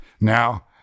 Now